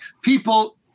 people